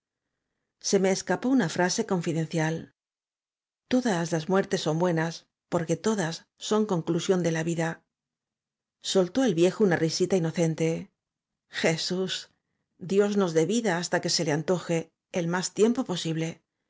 escapó una frase confidencial todas las muertes son buenas porque todas son la conclusión de la vida soltó el viejo una risita inocente jesús dios nos dé vida hasta que se le antoje el más tiempo posible